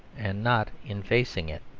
and not in facing it.